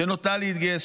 שנוטה להתגייס,